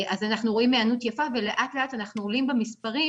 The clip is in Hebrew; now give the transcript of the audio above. אז אנחנו רואים היענות יפה ולאט לאט אנחנו עולים במספרים